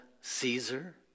Caesar